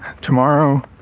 Tomorrow